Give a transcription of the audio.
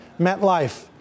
MetLife